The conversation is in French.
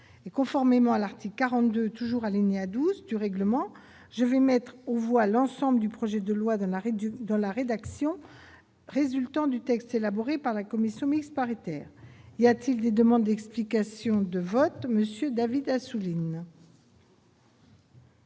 et conformément à l'article 42 toujours alignés à 12 du règlement, je vais mettre aux voix l'ensemble du projet de loi de du dans la rédaction résultant du texte élaboré par la commission mixte paritaire, il y a-t-il des demandes d'explications de vote Monsieur David Assouline.